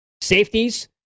Safeties